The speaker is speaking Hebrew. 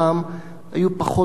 היו פחות מסוקים,